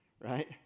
right